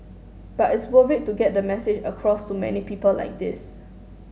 but it's worth it to get the message across to many people like this